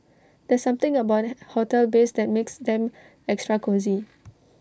there's something about hotel beds that makes them extra cosy